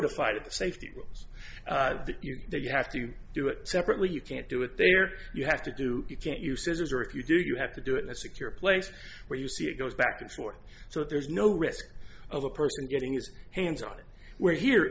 to fight the safety rules that you have to do it separately you can't do it they are you have to do you can't use scissors or if you do you have to do it in a secure place where you see it goes back and forth so there's no risk of the person getting his hands on it where here